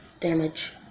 damage